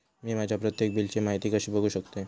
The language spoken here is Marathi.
मी माझ्या प्रत्येक बिलची माहिती कशी बघू शकतय?